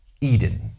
Eden